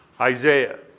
Isaiah